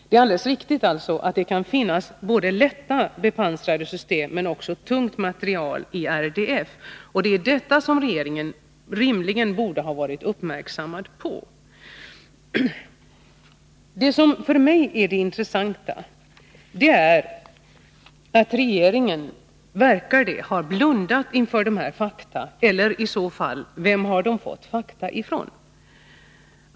Det är alldeles riktigt att det kan finnas lättbepansrade system men det kan också finnas tung materiel i RDF. Det är detta som regeringen rimligen borde ha varit uppmärksam på. Det som för mig är det intressanta är att regeringen verkar ha blundat inför dessa fakta. Vem har man i annat fall fått fakta ifrån?